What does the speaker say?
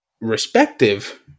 respective